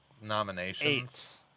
nominations